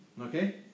Okay